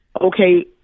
okay